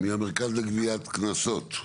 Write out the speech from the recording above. מהמרכז לגביית קנסות.